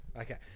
Okay